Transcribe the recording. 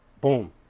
Boom